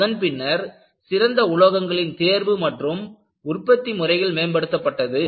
அதன் பின்னர் சிறந்த உலோகங்களின் தேர்வு மற்றும் உற்பத்தி முறைகள் மேம்படுத்தப்பட்டது